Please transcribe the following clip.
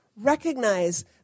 Recognize